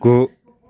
गु